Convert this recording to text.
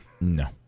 No